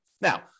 Now